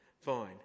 fine